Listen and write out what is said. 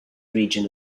region